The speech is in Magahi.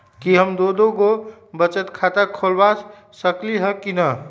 कि हम दो दो गो बचत खाता खोलबा सकली ह की न?